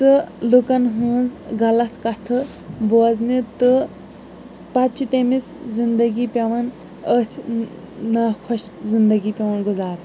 تہٕ لُکَن ہنٛز غلط کَتھٕ بوزنہِ تہٕ پَتہٕ چھِ تٔمِس زِندٕگی پٮ۪وان أتھۍ ناخۄش زِندٕگی پٮ۪وان گُزارٕنۍ